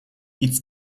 it’s